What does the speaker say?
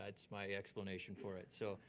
that's my explanation for it. so